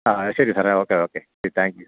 ആ ശരി sir okay okay thank you